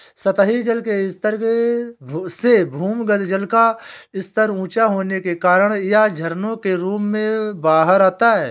सतही जल के स्तर से भूमिगत जल का स्तर ऊँचा होने के कारण यह झरनों के रूप में बाहर आता है